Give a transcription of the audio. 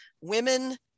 women